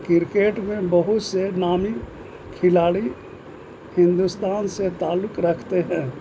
cricket میں بہت سے نامی کھلاڑی ہندوستان سے تعلق رکھتے ہیں